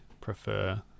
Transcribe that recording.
prefer